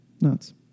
Nuts